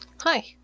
Hi